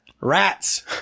rats